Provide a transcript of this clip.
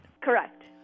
Correct